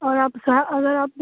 और आप सा अगर आप